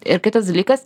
ir kitas dalykas